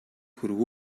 хүрэв